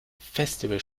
festival